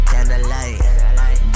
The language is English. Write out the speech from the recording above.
Candlelight